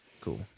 Cool